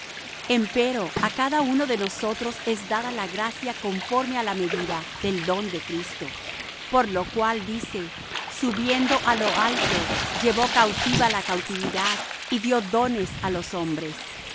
en todos vosotros empero á cada uno de nosotros es dada la gracia conforme á la medida del don de cristo por lo cual dice subiendo á lo alto llevó cautiva la cautividad y dió dones á los hombres